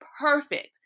perfect